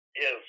Yes